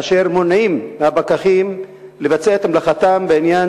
אשר מונעים מהפקחים לבצע את מלאכתם בעניין